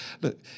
Look